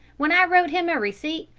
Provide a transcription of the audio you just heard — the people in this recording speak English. when i wrote him a receipt,